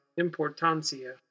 importancia